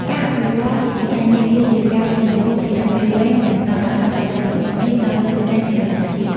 ការអភិវឌ្ឍន៍វិស័យនេះគឺជាការវិនិយោគរយៈពេលវែងដែលផ្តល់អត្ថប្រយោជន៍ដ៏ធំធេងដល់សេដ្ឋកិច្ចនិងសង្គមជាតិ។